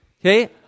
okay